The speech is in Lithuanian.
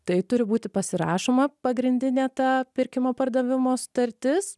tai turi būti pasirašoma pagrindinė ta pirkimo pardavimo sutartis